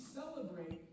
celebrate